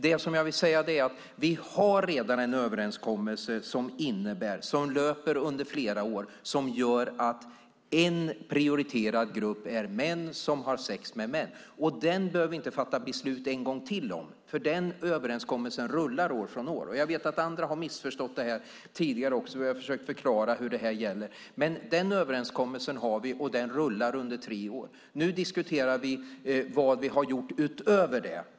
Det jag vill säga är att vi redan har en överenskommelse som löper över flera år som gör att en prioriterad grupp är män som har sex med män. Den behöver vi inte fatta beslut en gång till om, för den överenskommelsen rullar år från år. Jag vet att andra har missförstått det här tidigare också och jag har försökt förklara vad som gäller. Den överenskommelsen har vi och den rullar under tre år. Nu diskuterar vi vad vi har gjort utöver det.